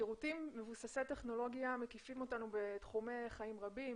שירותים מבוססי טכנולוגיה מקיפים אותנו בתחומי חיים רבים,